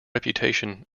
reputation